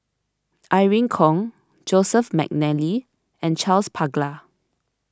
Irene Khong Joseph McNally and Charles Paglar